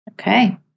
Okay